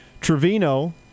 Trevino